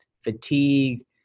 fatigue